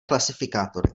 klasifikátory